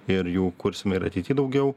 ir jų kursime ir ateity daugiau